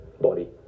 body